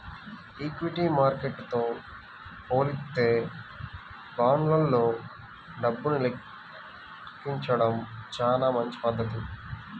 equity మార్కెట్టుతో పోలిత్తే బాండ్లల్లో డబ్బుని వెచ్చించడం చానా మంచి పధ్ధతి